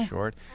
Short